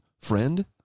friend